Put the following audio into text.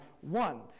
one